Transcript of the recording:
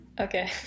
Okay